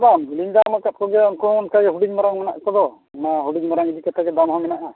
ᱫᱟᱢ ᱦᱚᱸᱞᱤᱧ ᱫᱟᱢ ᱟᱠᱟᱫ ᱠᱚᱜᱮᱭᱟ ᱩᱱᱠᱩ ᱦᱚᱸ ᱚᱱᱠᱟᱜᱮ ᱦᱩᱰᱤᱧ ᱢᱟᱨᱟᱝ ᱢᱮᱱᱟᱜ ᱠᱚᱫᱚ ᱱᱚᱣᱟ ᱦᱩᱰᱤᱧ ᱢᱟᱨᱟᱝ ᱤᱫᱤ ᱠᱟᱛᱮᱜᱮ ᱫᱟᱢ ᱦᱚᱸ ᱢᱮᱱᱟᱜᱼᱟ